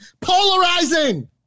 Polarizing